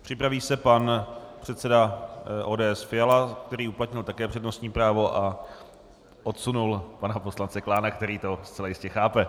Připraví se pan předseda ODS Fiala, který uplatnil také přednostní právo a odsunul pana poslance Klána, který to zcela jistě chápe.